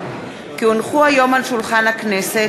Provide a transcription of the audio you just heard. כי הונחו היום על שולחן הכנסת,